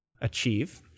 achieve